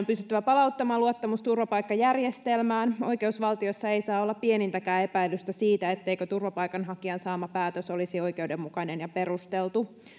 pystyttävä palauttamaan luottamus turvapaikkajärjestelmään oikeusvaltiossa ei saa olla pienintäkään epäilystä siitä etteikö turvapaikanhakijan saama päätös olisi oikeudenmukainen ja perusteltu